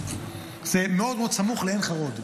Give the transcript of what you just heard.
זה מאוד מאוד סמוך לעין חרוד.